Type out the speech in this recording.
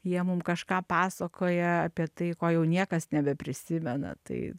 jie mum kažką pasakoja apie tai ko jau niekas nebeprisimena tai